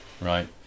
Right